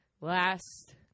Last